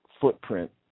footprint